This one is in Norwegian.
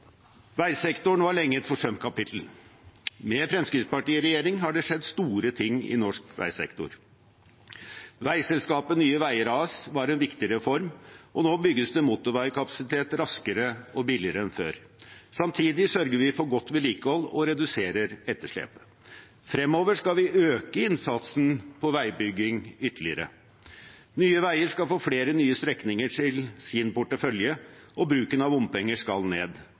Veisektoren var lenge et forsømt kapittel. Med Fremskrittspartiet i regjering har det skjedd store ting i norsk veisektor. Veiselskapet Nye veier AS var en viktig reform, og nå bygges det motorveikapasitet raskere og billigere enn før. Samtidig sørger vi for godt vedlikehold og reduserer etterslepet. Fremover skal vi øke innsatsen på veibygging ytterligere, Nye veier skal få flere nye strekninger til sin portefølje, og bruken av bompenger skal ned.